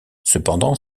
cependant